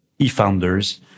eFounders